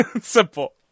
simple